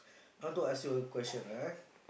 want to ask you a question ah